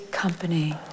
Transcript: company